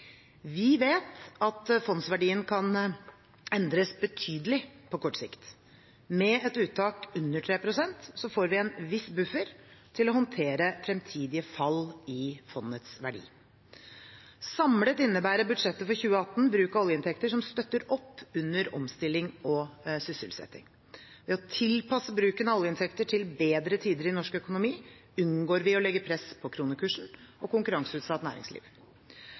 Vi vet at fondsverdien kan endres betydelig på kort sikt. Med et uttak under 3 pst. får vi en viss buffer til å håndtere fremtidige fall i fondets verdi. Samlet innebærer budsjettet for 2018 bruk av oljeinntekter som støtter opp under omstilling og sysselsetting. Ved å tilpasse bruken av oljeinntekter til bedre tider i norsk økonomi unngår vi å legge press på kronekursen og konkurranseutsatt næringsliv.